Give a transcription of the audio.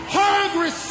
hungry